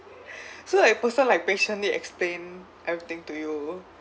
so that person like patiently explain everything to you